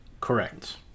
Correct